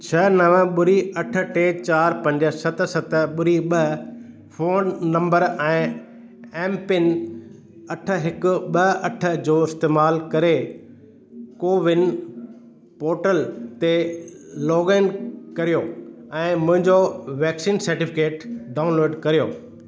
छह नव ॿुड़ी अठ टे चारि पंज सत सत ॿुड़ी ॿ फोन नंबर ऐं एमपिन अठ हिकु ॿ अठ जो इस्तेमालु करे कोविन पोर्टल ते लोगिन करियो ऐं मुंहिंजो वैक्सीन सेटिफिकेट डाउनलोड करियो